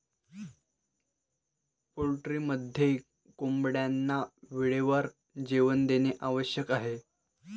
पोल्ट्रीमध्ये कोंबड्यांना वेळेवर जेवण देणे आवश्यक आहे